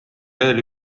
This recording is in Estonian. veel